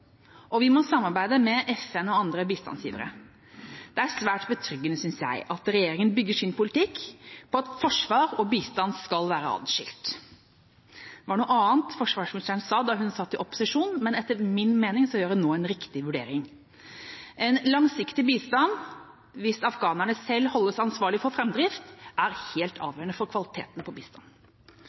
og vi må samarbeide med FN og andre bistandsgivere. Det er svært betryggende, synes jeg, at regjeringa bygger sin politikk på at forsvar og bistand skal være adskilt. Det var noe annet forsvarsministeren sa da hun satt i opposisjon, men etter min mening gjør hun nå en riktig vurdering. En langsiktig bistand der afghanerne selv holdes ansvarlig for framdrift, er helt avgjørende for kvaliteten på